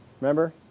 Remember